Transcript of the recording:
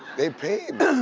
they paid